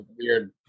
weird